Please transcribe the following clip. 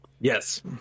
Yes